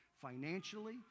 financially